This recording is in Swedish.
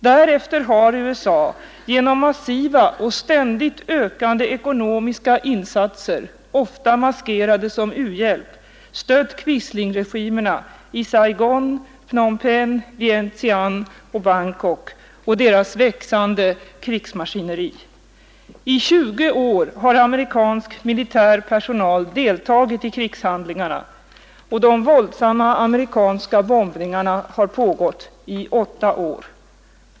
Därefter har USA genom massiva och ständigt ökande ekonomiska insatser, ofta maskerade som u-hjälp, stött quislingregimerna i Saigon, Phnom Penh, Vientiane och Bangkok och deras växande krigsmaskineri. I 20 år har amerikansk militär personal deltagit i krigshandlingarna, och de våldsamma amerikanska bombningarna har pågått i åtta år.